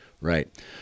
right